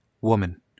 Woman